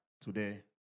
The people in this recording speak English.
Today